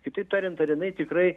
kitaip tariant ar jinai tikrai